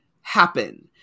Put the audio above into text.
happen